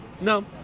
No